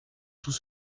tous